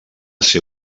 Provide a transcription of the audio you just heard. ser